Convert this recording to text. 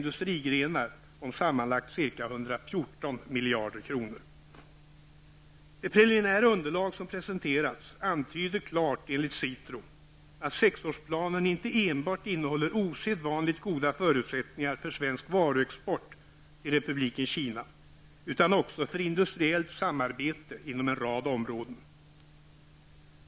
Det preliminära underlag som presenterats antyder klart enligt SITRO att sexårsplanen inte enbart innehåller osedvanligt goda förutsättningar för svensk varuexport till Republiken Kina utan också för industriellt samarbete inom en rad områden.